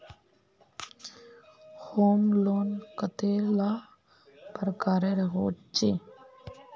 Home loan कतेला प्रकारेर होचे?